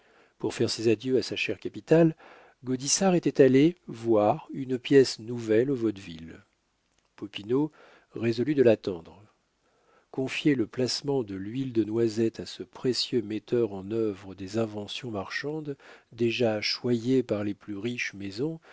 pour faire ses adieux à sa chère capitale gaudissart était allé voir une pièce nouvelle au vaudeville popinot résolut de l'attendre confier le placement de l'huile de noisette à ce précieux metteur en œuvre des inventions marchandes déjà choyé par les plus riches maisons